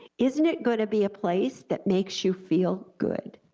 isn't it gonna be a place that makes you feel good?